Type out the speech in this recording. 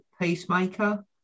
Peacemaker